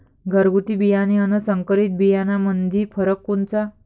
घरगुती बियाणे अन संकरीत बियाणामंदी फरक कोनचा?